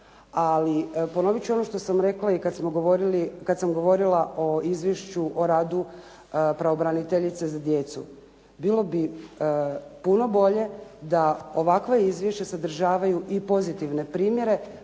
ali ponovit ću ono što sam rekla i kad sam govorila o izvješću o radu Pravobraniteljice za djecu. Bilo bi puno bolje da ovakva izvješća sadržavaju i pozitivne primjere,